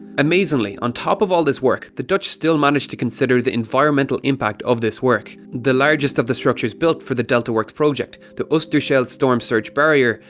amazingly, on top of all this work, the dutch still managed to consider the environmental impact of this work. the largest of the structures built for the delta works project, the oosterschelde storm surge barrier,